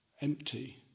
empty